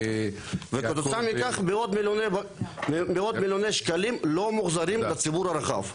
כתוצאה מכך מאות מיליוני שקלים לא מוחזרים לציבור הרחב.